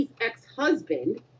ex-husband